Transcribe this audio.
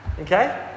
Okay